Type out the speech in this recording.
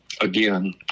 again